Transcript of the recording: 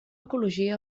ecologia